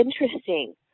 interesting